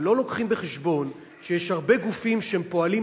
ולא מביאים בחשבון שיש הרבה גופים שפועלים,